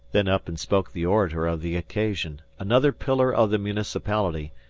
then up and spoke the orator of the occasion, another pillar of the municipality,